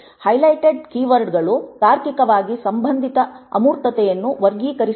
highlighted ಕೀವರ್ಡ್ಗಳು ತಾರ್ಕಿಕವಾಗಿ ಸಂಬಂಧಿತ ಅಮೂರ್ತತೆಯನ್ನು ವರ್ಗೀಕರಿಸಲಾಗಿದೆ